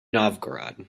novgorod